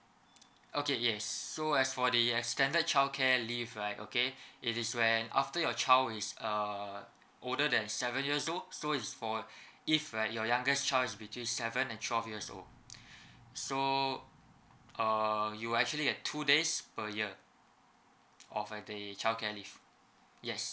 okay yes so as for the extended childcare leave right okay it is when and after your child is err older than seven years old so is for if right your youngest child is between seven and twelve years old so err you actually had two days per year of like they child care leave yes